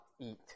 eat